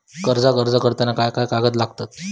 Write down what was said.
कर्जाक अर्ज करताना काय काय कागद लागतत?